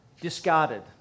discarded